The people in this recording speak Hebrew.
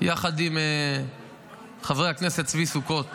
יחד עם חבר הכנסת צבי סוכות.